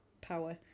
power